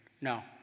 No